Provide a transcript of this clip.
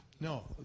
no